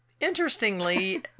Interestingly